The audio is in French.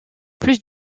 plus